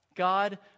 God